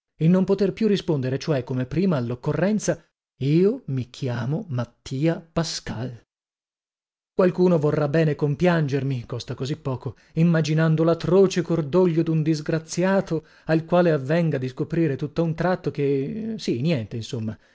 il non poter più rispondere cioè come prima alloccorrenza io mi chiamo mattia pascal qualcuno vorrà bene compiangermi costa così poco immaginando latroce cordoglio dun disgraziato al quale avvenga di scoprire tutta un tratto che sì niente insomma